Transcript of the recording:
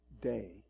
Day